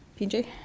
pj